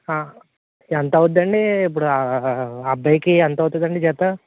ఎంత అవుతుందండి ఇప్పుడు అబ్బాయికి ఎంత అవుతుందండి జత